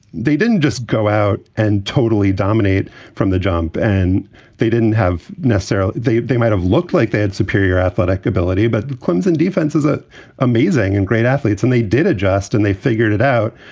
they didn't just go out and totally dominate from the jump. and they didn't have necessarily they they might have looked like they had superior athletic ability. but the clemson defenses are ah amazing and great athletes. and they did adjust and they figured it out.